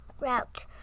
route